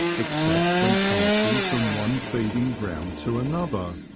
except when passing from one feeding ground to another.